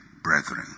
brethren